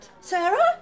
Sarah